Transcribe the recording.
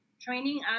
training